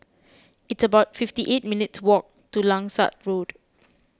it's about fifty eight minutes' walk to Langsat Road